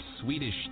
Swedish